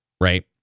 right